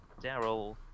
Daryl